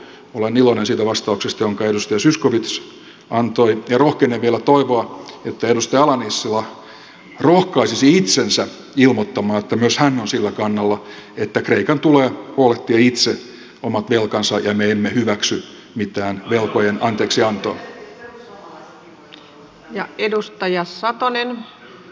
olen iloinen siitä vastauksesta jonka edustaja zyskowicz antoi ja rohkenen vielä toivoa että edustaja ala nissilä rohkaisisi itsensä ilmoittamaan että myös hän on sillä kannalla että kreikan tulee huolehtia itse omat velkansa ja me emme hyväksy mitään velkojen anteeksiantoa